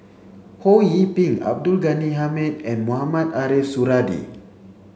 Ho Yee Ping Abdul Ghani Hamid and Mohamed Ariff Suradi